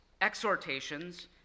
exhortations